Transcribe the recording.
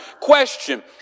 Question